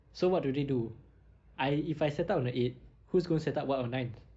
so what do they do I if I setup on the eighth who's going to setup what on ninth